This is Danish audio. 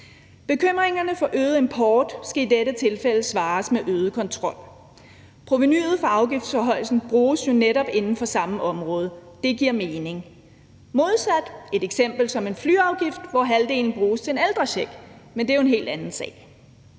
Bekymringerne for øget import skal i dette tilfælde besvares med øget kontrol. Provenuet fra afgiftsforhøjelsen bruges jo netop inden for samme område. Det giver mening – modsat et eksempel som en flyafgift, hvor halvdelen bruges til en ældrecheck, men det er jo en helt anden sag.